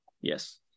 Yes